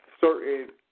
certain